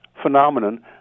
phenomenon